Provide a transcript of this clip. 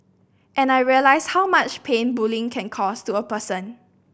and I realised how much pain bullying can cause to a person